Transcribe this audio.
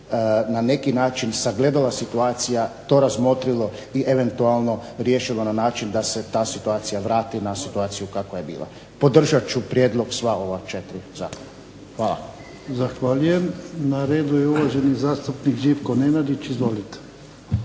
na neki način sagledala situacija, to razmotrilo i eventualno riješilo na način da se ta situacija vrati na situaciju kakva je bila. Podržat ću prijedlog sva ova 4 zakona. Hvala. **Jarnjak, Ivan (HDZ)** Zahvaljujem. Na redu je uvaženi zastupnik Živko Nenadić. Izvolite.